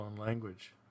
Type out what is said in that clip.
language